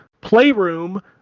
Playroom